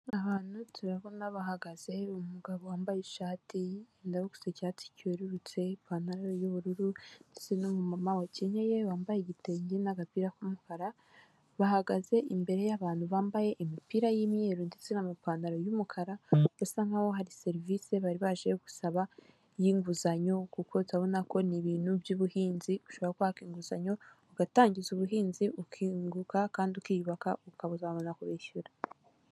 Abantu tubona bahagaze umugabo wambaye ishat ijya gusa icyatsi cyererutse, ipantaro y'ubururu ndetse n'umuma wakenyeye wambaye igitenge n'agapira k'umukara bahagaze imbere y'abantu bambaye imipira yimweru ndetse n'amapantaro yumukara birasa nk nkahoa hari serivisi bari baje gusaba yinguzanyo kuko utabona ko n ibintu by'ubuhinzi ushobora kwaka inguzanyo ugatangiza ubuhinzi ukinguka kandi ukiyubaka ukabuzabona kwishyura